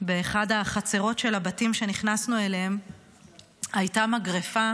באחת החצרות של הבתים שנכנסנו אליהם הייתה מגרפה